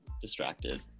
distracted